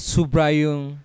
Subrayung